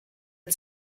had